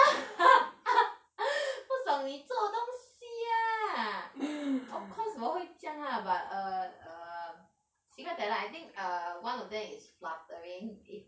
不懂你做的东西 ah of course 我会这样 ah but err um secret talent I think err one of them is fluttering if